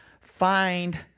find